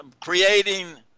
creating